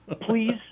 Please